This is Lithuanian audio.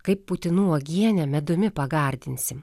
kaip putinų uogienę medumi pagardinsim